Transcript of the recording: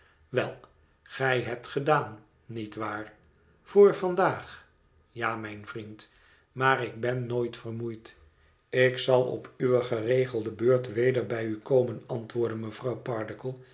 wel gij hebt gedaan nietwaar voor vandaag ja mijn vriend maar ik ben nooit vermoeid ik zal op uwe geregelde beurt weder bij u komen antwoordde mevrouw pardiggle